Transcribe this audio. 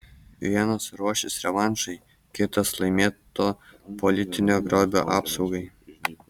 vienas ruošis revanšui kitas laimėto politinio grobio apsaugai